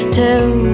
tell